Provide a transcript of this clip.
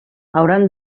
hauran